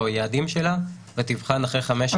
היעדים שלה ואחרי חמש שנים תבחן.